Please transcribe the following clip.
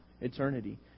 eternity